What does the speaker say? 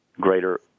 greater